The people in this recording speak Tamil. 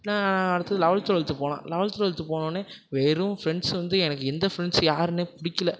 நான் அடுத்தது லெவல்த்து டுவெல்த்து போனேன் லெவல்த்து டுவெல்த்து போனோன்னே வெறும் ஃப்ரெண்ட்ஸ் வந்து எனக்கு எந்த ஃப்ரெண்ட்ஸ் யாருன்னே பிடிக்கல